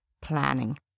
planning